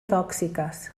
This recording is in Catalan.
tòxiques